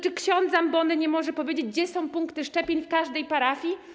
Czy ksiądz z ambony nie może powiedzieć, gdzie są punkty szczepień w każdej parafii?